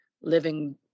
living